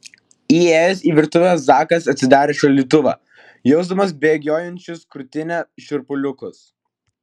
įėjęs į virtuvę zakas atsidarė šaldytuvą jausdamas bėgiojančius krūtine šiurpuliukus